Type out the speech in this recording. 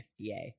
FDA